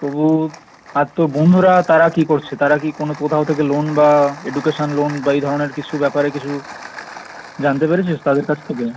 তবু আর তোর বন্ধুরা তারা কী করছে তারা কি কোনো কোথাও থেকে লোন বা এডুকেশান লোন বা এই ধরনের কিছু ব্যাপারে কিছু জানতে পেরেছিস তাদের কাছ থেকে